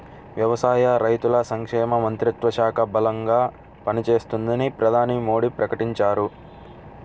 వ్యవసాయ, రైతుల సంక్షేమ మంత్రిత్వ శాఖ బలంగా పనిచేస్తుందని ప్రధాని మోడీ ప్రకటించారు